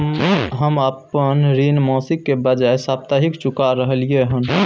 हम अपन ऋण मासिक के बजाय साप्ताहिक चुका रहलियै हन